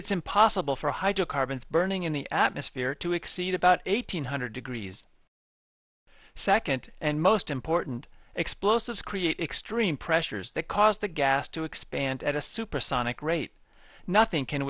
it's impossible for a hydrocarbon burning in the atmosphere to exceed about eight hundred degrees second and most important explosives create extreme pressures that cause the gas to expand at a supersonic rate nothing can